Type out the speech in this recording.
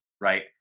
right